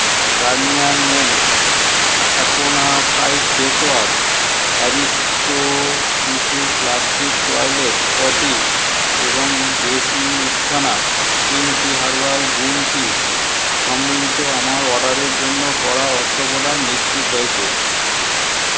Garnier men অ্যা acno fight face wash Aristo শিশুর plastic toilet potty এবং দেশি উত্থনা slim tea herbal green tea সম্মিলিত আমার অর্ডারের জন্য করা অর্থপ্রদান নিশ্চিত হয়েছে